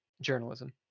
journalism